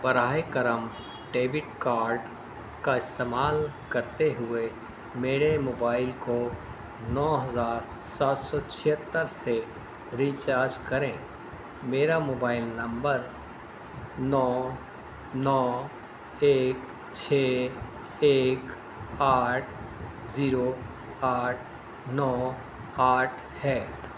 براہ کرم debit card کا استعمال کرتے ہوئے میرے موبائل کو نو ہزار سات سو چھہتر سے ریچارج کریں میرا موبائل نمبر نو نو ایک چھ ایک آٹھ زیرو آٹھ نو آٹھ ہے